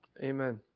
Amen